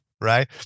Right